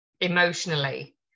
emotionally